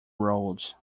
roads